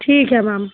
ठीक है मैम